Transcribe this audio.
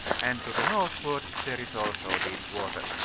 and to the northward there is also deep water.